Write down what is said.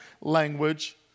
language